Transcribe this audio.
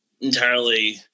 entirely